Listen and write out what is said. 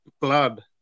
Blood